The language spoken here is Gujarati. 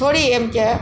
થોડી એમ કે